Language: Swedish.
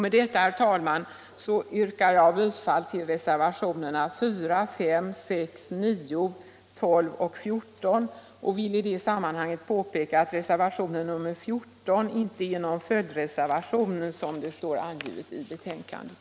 Med detta, herr talman, yrkar jag bifall till reservationerna 4, 5, 6, 9, 12 och 14 och vill i det sammanhanget påpeka att reservationen 14 inte är någon följdreservation, som det står angivet i betänkandet.